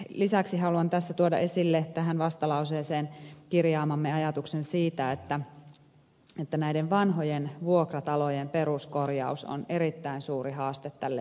lisäksi haluan tässä tuoda esille tähän vastalauseeseen kirjaamamme ajatuksen siitä että vanhojen vuokratalojen peruskorjaus on erittäin suuri haaste tälle yhteiskunnalle